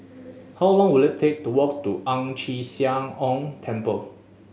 how long will it take to walk to Ang Chee Sia Ong Temple